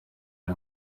ari